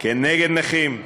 כנגד נכים,